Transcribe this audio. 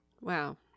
Wow